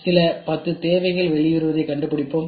சில 10 தேவைகள் வெளிவருவதைக் கண்டுபிடிப்போம்